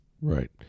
right